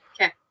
okay